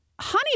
Honey